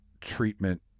treatment